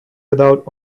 without